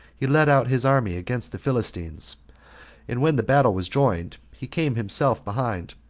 he led out his army against the philistines and when the battle was joined, he came himself behind,